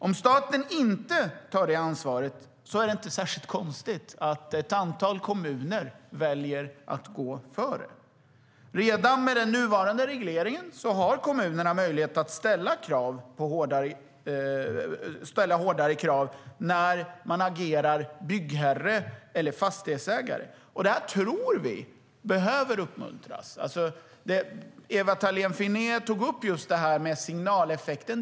Om staten inte tar det ansvaret är det inte särskilt konstigt att ett antal kommuner väljer att gå före. Redan med den nuvarande regleringen har kommunerna möjlighet att ställa hårdare krav när man agerar byggherre eller fastighetsägare. Vi tror att detta behöver uppmuntras. Ewa Thalén Finné tog upp just det här med signaleffekten.